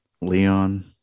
Leon